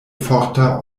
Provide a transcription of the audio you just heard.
forta